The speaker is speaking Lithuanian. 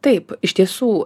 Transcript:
taip iš tiesų